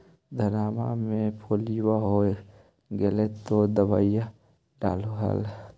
धनमा मे पीलिया हो गेल तो दबैया डालो हल?